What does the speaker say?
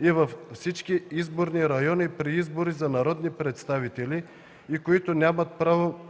и във всички изборни райони при избори за народни представитeли и които нямат право